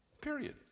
Period